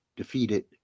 Defeated